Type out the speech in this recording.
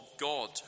God